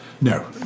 No